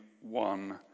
one